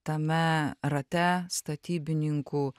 tame rate statybininkų